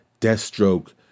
Deathstroke